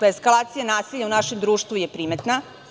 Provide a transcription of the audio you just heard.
Eskalacija nasilja u našem društvu je primetna.